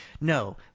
no